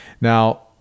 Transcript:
Now